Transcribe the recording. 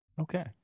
Okay